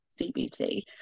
CBT